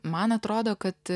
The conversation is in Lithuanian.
man atrodo kad